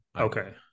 Okay